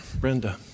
Brenda